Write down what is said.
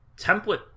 template